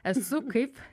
esu kaip